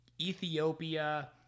Ethiopia